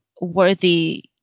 worthy